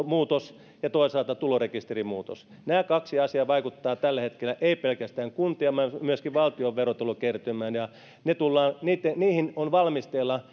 muutos ja toisaalta tulorekisterimuutos nämä kaksi asiaa vaikuttavat tällä hetkellä ei pelkästään kuntien vaan myöskin valtion verotulokertymään ja niihin on valmisteilla